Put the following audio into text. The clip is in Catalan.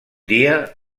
dia